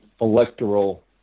electoral